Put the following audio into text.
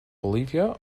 bolivia